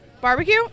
barbecue